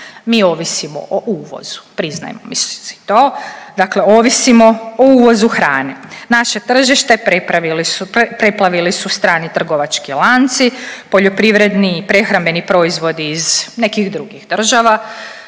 Mi ovisimo o uvozu, priznajmo si to, dakle ovisimo o uvozu hrane. Naše tržište preplavili su strani trgovački lanci, poljoprivredni i prehrambeni proizvodi iz nekih drugih država.